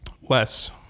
Wes